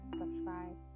subscribe